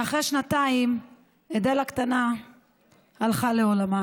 ואחרי שנתיים אדל הקטנה הלכה לעולמה,